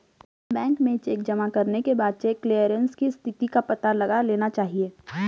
bank में cheque जमा करने के बाद चेक क्लेअरन्स की स्थिति का पता लगा लेना चाहिए